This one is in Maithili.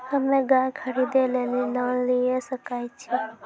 हम्मे गाय खरीदे लेली लोन लिये सकय छियै?